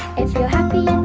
if you're happy